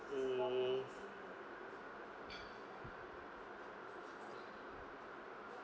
mm